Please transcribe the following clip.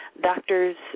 doctors